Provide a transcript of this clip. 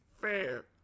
fair